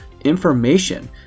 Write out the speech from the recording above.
information